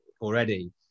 already